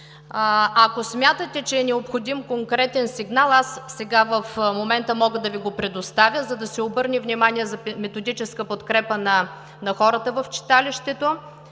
Ако смятате, че е необходим конкретен сигнал, сега, в момента мога да Ви го предоставя, за да се обърне внимание за методическа подкрепа на хората в читалището.